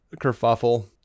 kerfuffle